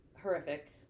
horrific